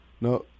no